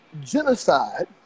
genocide